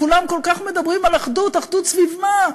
כולם כל כך מדברים על אחדות, אחדות סביב מה?